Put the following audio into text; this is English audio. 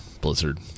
Blizzard